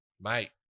Mate